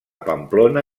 pamplona